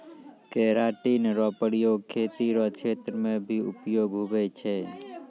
keratin रो प्रयोग खेती रो क्षेत्र मे भी उपयोग हुवै छै